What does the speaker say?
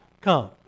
Come